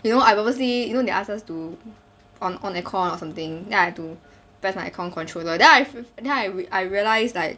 you know I purposely you know they ask us to on on aircon or something then I have to press my aircon controller then I've then I I realise like